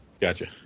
Gotcha